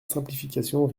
simplification